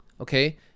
okay